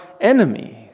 enemies